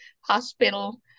hospital